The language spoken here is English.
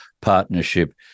partnership